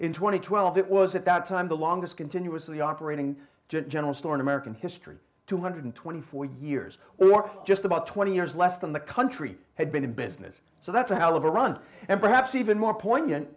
and twelve it was at that time the longest continuously operating general store in american history two hundred and twenty four years or just about twenty years less than the country had been in business so that's a hell of a run and perhaps even more poignant